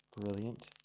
brilliant